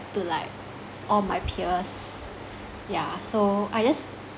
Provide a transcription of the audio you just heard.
to like all my peers yeah so I just